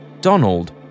Donald